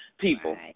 people